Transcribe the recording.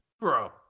Bro